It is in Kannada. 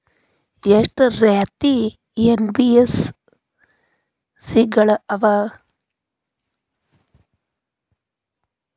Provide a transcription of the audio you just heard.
ಎಷ್ಟ ರೇತಿ ಎನ್.ಬಿ.ಎಫ್.ಸಿ ಗಳ ಅವ?